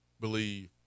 believe